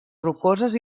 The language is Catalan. rocoses